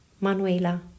Manuela